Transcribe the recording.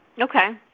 Okay